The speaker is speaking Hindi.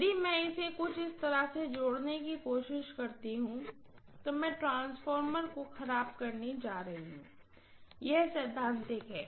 यदि मैं इसे कुछ इस तरह से जोड़ने की कोशिश करती हूँ तो मैं ट्रांसफार्मर को खराब करने जा रही हूँ यह सैद्धांतिक है